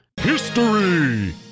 history